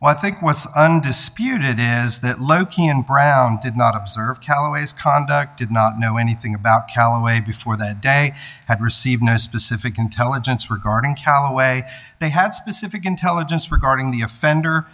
section i think what's undisputed is that loki and brown did not observe callaways conduct did not know anything about callaway before that day had received no specific intelligence regarding callaway they had specific intelligence regarding the offender